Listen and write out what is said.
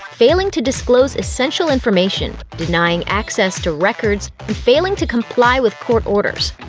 failing to disclose essential information, denying access to records, and failing to comply with court orders.